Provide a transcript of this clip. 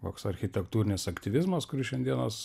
koks architektūrinis aktyvizmas kuris šiandienos